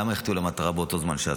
למה החטיאו את המטרה באותו זמן?